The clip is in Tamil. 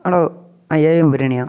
ஹலோ ஆ ஏ எம் பிரியாணியா